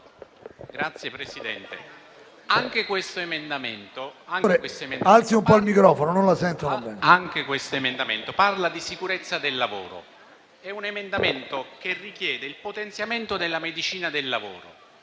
Signor Presidente, anche questo emendamento parla di sicurezza del lavoro. È un emendamento che richiede il potenziamento della medicina del lavoro.